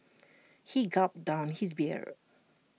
he gulped down his beer